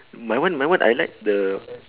my one my one I like the